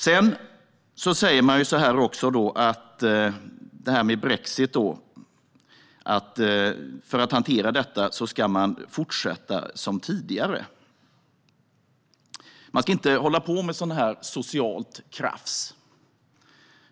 Sedan säger de att man, för att hantera brexit, ska fortsätta som tidigare, inte hålla på med socialt krafs.